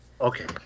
Okay